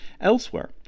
Elsewhere